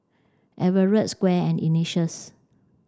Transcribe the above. Everett Squire and Ignatius